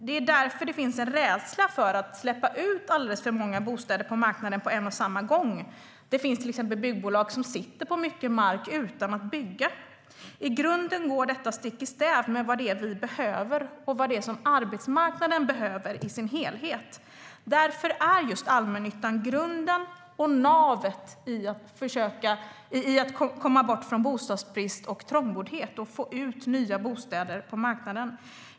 Det är därför det finns en rädsla för att släppa ut alldeles för många bostäder på marknaden på en och samma gång. Det finns till exempel byggbolag som sitter på mycket mark utan att bygga. I grunden går detta stick i stäv med vad det är vi behöver och vad det är som arbetsmarknaden behöver i sin helhet. Därför är just allmännyttan grunden och navet i att komma bort från bostadsbrist och trångboddhet och få ut nya bostäder på marknaden.